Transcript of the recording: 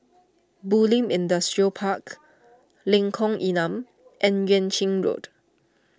Bulim Industrial Park Lengkong Enam and Yuan Ching Road